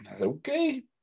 okay